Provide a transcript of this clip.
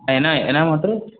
ஆ என்ன என்ன மோட்ரு